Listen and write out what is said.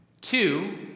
Two